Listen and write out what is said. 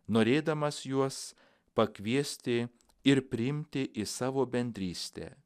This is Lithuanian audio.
norėdamas juos pakviesti ir priimti į savo bendrystę